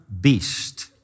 beast